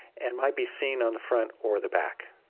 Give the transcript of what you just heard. and might be seen on the front or the back.